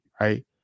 right